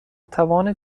توان